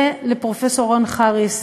ולפרופסור רון חריס,